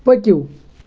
پٔکِو